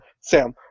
Sam